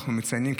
ואנחנו מציינים,